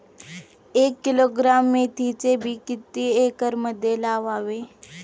एक किलोग्रॅम मेथीचे बी किती एकरमध्ये लावावे?